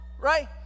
right